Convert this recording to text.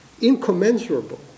incommensurable